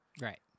Right